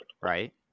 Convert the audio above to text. right